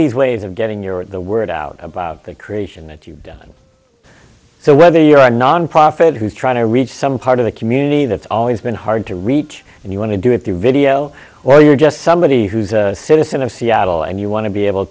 these ways of getting your the word out about the creation that you've done so whether you're a nonprofit who's trying to reach some part of the community that's always been hard to reach and you want to do it through video or you're just somebody who's a citizen of seattle and you want to be able